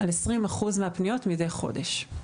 על 20 אחוזים מהפניות מדי חודש.